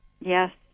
Yes